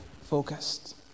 focused